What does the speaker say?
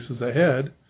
ahead